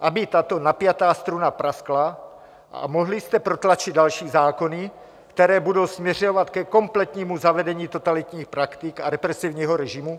aby tato napjatá struna praskla a mohli jste protlačit další zákony, které budou směřovat ke kompletnímu zavedení totalitních praktik a represivního režimu?